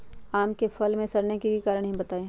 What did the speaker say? आम क फल म सरने कि कारण हई बताई?